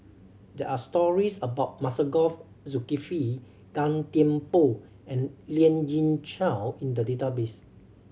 there are stories about Masagos Zulkifli Gan Thiam Poh and Lien Ying Chow in the database